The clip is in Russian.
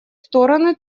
стороны